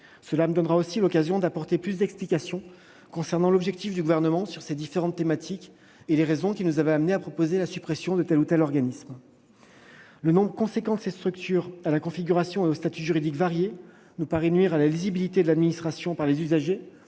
Cela me donnera aussi l'occasion de vous apporter plus d'explications concernant l'objectif du Gouvernement sur ces différentes thématiques et les raisons qui nous avaient conduits à proposer la suppression de tel ou tel organisme. Le nombre important de ces structures à la configuration et au statut juridique variés nuit à la lisibilité de l'administration pour les usagers